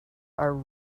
are